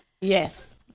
Yes